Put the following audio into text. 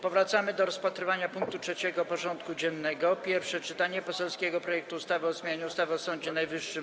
Powracamy do rozpatrzenia punktu 3. porządku dziennego: Pierwsze czytanie poselskiego projektu ustawy o zmianie ustawy o Sądzie Najwyższym.